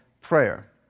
prayer